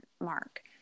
mark